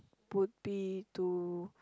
would be to